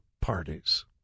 parties